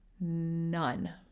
None